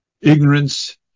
ignorance